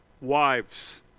wives